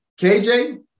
KJ